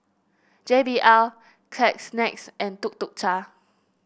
J B L Kleenex and Tuk Tuk Cha